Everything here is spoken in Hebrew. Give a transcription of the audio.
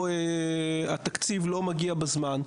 התקציב לא מגיע בזמן.